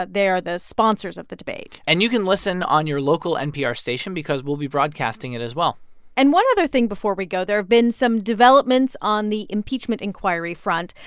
they're the sponsors of the debate and you can listen on your local npr station because we'll be broadcasting it as well and one other thing before we go there have been some developments on the impeachment inquiry front.